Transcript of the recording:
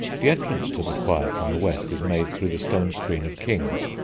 the entrance to the choir from the west is made through the stone screen of kings,